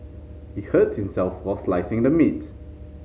he hurt himself while slicing the meat